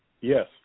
Yes